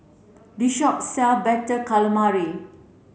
this shop sell better calamari